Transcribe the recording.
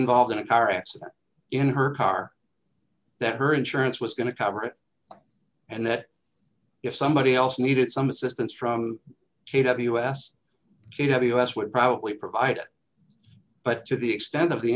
involved in a car accident in her car that her insurance was going to cover it and that if somebody else needed some assistance from k w s she'd have us would probably provide it but to the extent of the